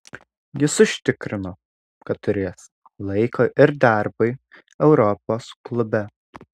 jis užtikrino kad turės laiko ir darbui europos klube